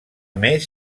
més